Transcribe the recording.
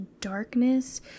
darkness